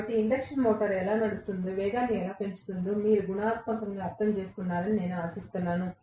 కాబట్టి induction motor ఎలా నడుస్తుందో వేగాన్ని ఎలా పెంచుతుందో మీరు గుణాత్మకంగా అర్థం చేసుకున్నారని నేను ఆశిస్తున్నాను